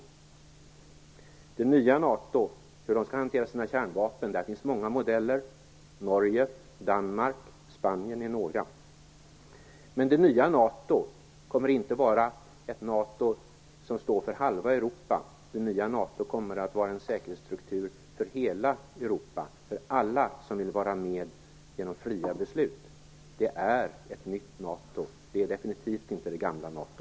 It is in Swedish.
I fråga om hur det nya NATO skall hantera sina kärnvapen finns det många modeller, och där är Norge, Danmark och Spanien några. Men det nya NATO kommer inte att vara ett NATO som står för halva Europa, utan det nya NATO kommer att vara en säkerhetsstruktur för hela Europa, för alla som vill vara med genom fria beslut. Det är ett nytt NATO. Det är definitivt inte det gamla NATO.